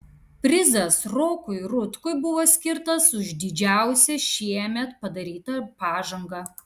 prizas rokui rutkui buvo skirtas už didžiausią šiemet padarytą pažangą